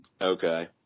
Okay